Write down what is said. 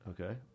Okay